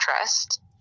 trust